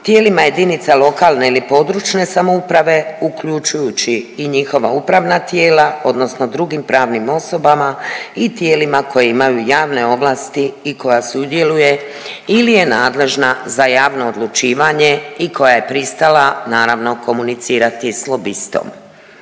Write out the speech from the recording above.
tijelima jedinica lokalne ili područne samouprave uključujući i njihova upravna tijela odnosno drugim pravnim osobama i tijelima koje imaju javne ovlasti i koja sudjeluje ili je nadležna za javno odlučivanje i koja je pristala naravno komunicirati s lobistom.